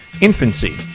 infancy